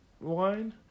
wine